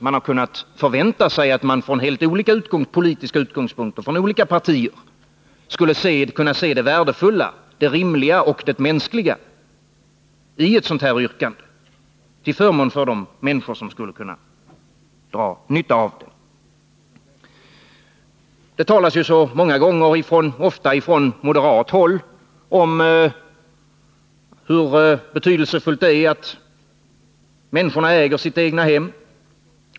Jag hade nog förväntat mig att olika partier från skilda utgångspunkter skulle kunna se det värdefulla, det rimliga och mänskliga i ett yrkande som detta, till förmån för de människor som kan dra nytta av det. Från moderat håll talas det ofta om hur betydelsefullt det är att människor äger sitt egnahem.